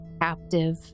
captive